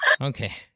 Okay